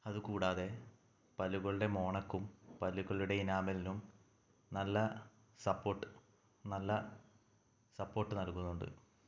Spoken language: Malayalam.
അതുകൂടാതെ പല്ലുകളുടെ മോണക്കും പല്ലുകളുടെ ഇനാമലിനും നല്ല സപ്പോർട്ട് നല്ല സപ്പോർട്ട് നൽകുന്നുണ്ട്